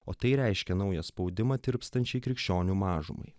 o tai reiškia naują spaudimą tirpstančiai krikščionių mažumai